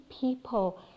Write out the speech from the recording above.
people